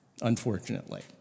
unfortunately